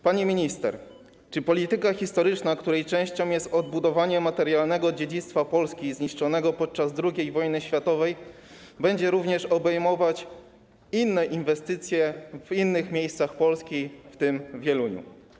Pani minister: Czy polityka historyczna, której częścią jest odbudowanie materialnego dziedzictwa Polski zniszczonego podczas II wojny światowej, będzie również obejmować inne inwestycje w innych miejscach Polski, w tym w Wieluniu?